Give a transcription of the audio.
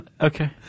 Okay